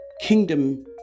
kingdom